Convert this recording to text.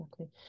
Okay